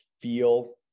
feel